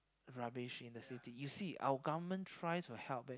rubbish in the city you see our government try to help it